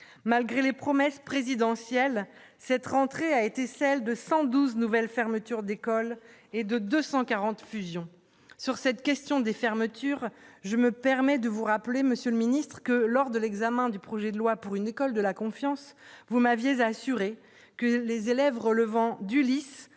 malgré les promesses présidentielles cette rentrée a été celle de 112 nouvelles fermetures d'écoles et de 240 Fusion sur cette question des fermetures, je me permets de vous rappeler, Monsieur le Ministre que lors de l'examen du projet de loi pour une école de la confiance, vous m'aviez assuré que les élèves relevant d'Ulysse